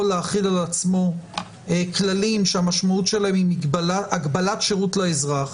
להחיל על עצמו כללים שהמשמעות שלהם היא הגבלת שירות לאזרח,